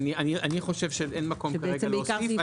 בעיקר סעיף 7. אני חושב שאין מקום כרגע להוסיף,